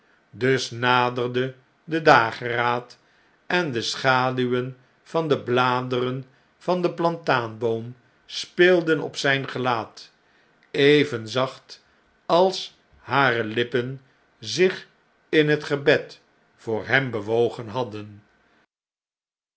dus naderde de dageraad en de schaduwen van de bladeren van den plataanboom speelden op zjjn gelaat even zacht als hare lippen zich in het gebed voor hem bewogen hadden